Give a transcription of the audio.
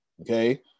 okay